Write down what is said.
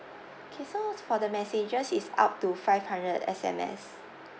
okay so as for the messages is up to five hundred S_M_S